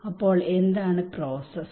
അപ്പോൾ എന്താണ് പ്രോസസ്സ്